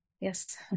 yes